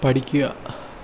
പഠിക്കുക